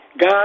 God